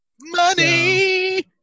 Money